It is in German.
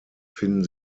finden